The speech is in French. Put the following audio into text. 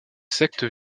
secte